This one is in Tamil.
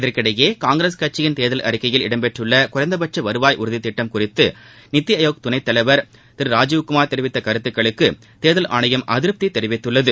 இதற்கிடையே காங்கிரஸ் கட்சியின் தேர்தல் அறிக்கையில் இடம்பெற்றுள்ள குறைந்தபட்ச வருவாய் உறுதித் திட்டம் குறித்து நித்தி ஆயோக் துணைத்தலைவர் திரு ராஜீவ்குமார் தெரிவித்த கருத்துக்களுக்கு தேர்தல் ஆணையம் அதிருப்தி தெரிவித்துள்ளது